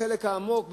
בחלק העמוק,